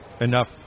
enough